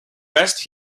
best